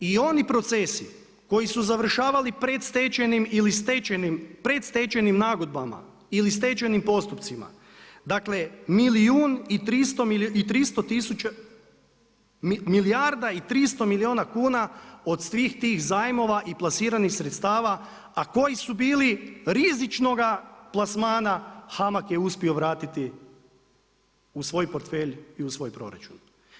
I oni procesi koji su završavali predstečajnim ili stečajnim, predstečajnim nagodbama ili stečajnim postupcima dakle milijun i 300 tisuća, milijarda i 300 milijuna kuna od svih tih zajmova i plasiranih sredstava a koji su bili rizičnoga plasmana HAMAG je uspio vratiti u svoj portfelj i u svoj proračun.